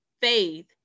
faith